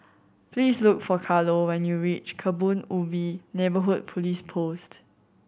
please look for Carlo when you reach Kebun Ubi Neighbourhood Police Post